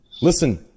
Listen